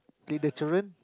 teach the children